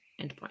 endpoint